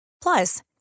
Plus